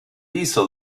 diesel